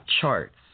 charts